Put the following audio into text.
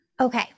Okay